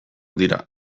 dira